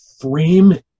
frame